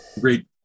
great